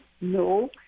no